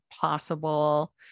possible